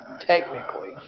Technically